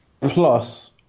plus